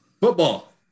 football